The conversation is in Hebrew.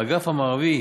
האגף המערבי,